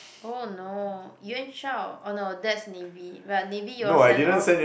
oh no Yuan-Shao oh no that's Navy but Navy y'all send off